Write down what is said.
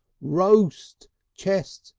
roast chestnut!